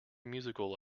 musical